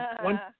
One